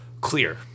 clear